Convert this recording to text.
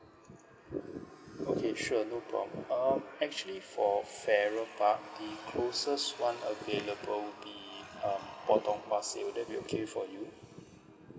okay sure no problem um actually for farrer park the closest one available would be um potong pasir would that be okay for you